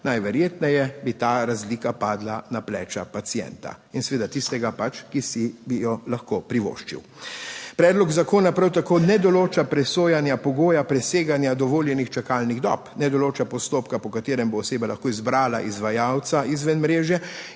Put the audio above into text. Najverjetneje bi ta razlika padla na pleča pacienta in seveda tistega pač, ki si bi jo lahko privoščil. Predlog zakona prav tako ne določa presojanja pogoja preseganja dovoljenih čakalnih dob, ne določa postopka po katerem bo oseba lahko izbrala izvajalca izven mreže